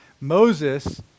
Moses